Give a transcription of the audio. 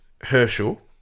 Herschel